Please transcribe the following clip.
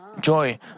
joy